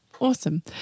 Awesome